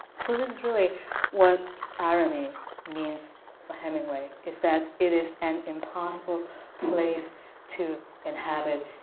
so this is really what irony means for hemingway is that it is an impossible place to inhabit.